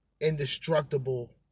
indestructible